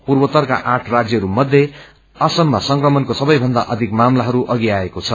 पूर्वोत्तरको आठ राज्यहरू मध्ये असममा संक्रमणको सबैभन्दा अधिक मामता अवि आएको छ